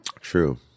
True